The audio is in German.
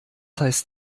heißt